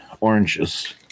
oranges